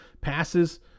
passes